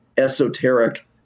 esoteric